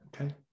Okay